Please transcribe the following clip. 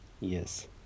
yes